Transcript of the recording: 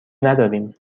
نداریم